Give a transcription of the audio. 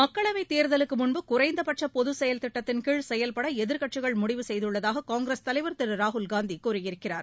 மக்களவைத் தேர்தலுக்கு முன்பு குறைந்தபட்ச பொது செயல்திட்டத்தின்கீழ் செயல்பட எதிர்க்கட்சிகள் முடிவு செய்துள்ளதாக காங்கிரஸ் தலைவர் திரு ராகுல்காந்தி கூறியிருக்கிறார்